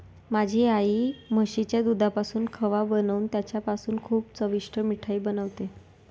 माझी आई म्हशीच्या दुधापासून खवा बनवून त्याच्यापासून खूप चविष्ट मिठाई बनवते